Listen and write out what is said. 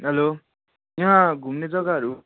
hello यहाँ घुम्ने जग्गाहरू